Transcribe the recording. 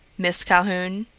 miss calhoun?